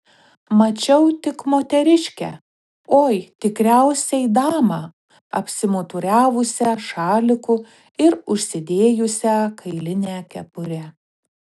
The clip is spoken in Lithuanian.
mačiau tik moteriškę oi tikriausiai damą apsimuturiavusią šaliku ir užsidėjusią kailinę kepurę